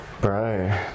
Bro